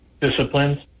disciplines